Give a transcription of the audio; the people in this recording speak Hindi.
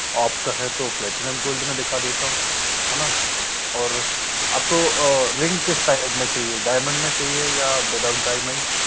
आप कहें तो प्लैटिनम गोल्ड में दिखा देता हूँ है ना और आपको रिंग के साइड में चाहिए डाइमंड में चाहिए या विदाउट डायमन्ड